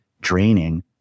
draining